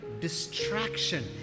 Distraction